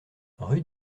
rue